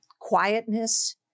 quietness